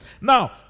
now